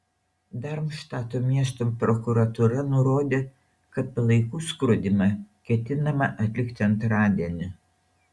darmštato miesto prokuratūra nurodė kad palaikų skrodimą ketinama atlikti antradienį